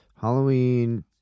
Halloween